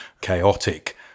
chaotic